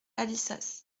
alissas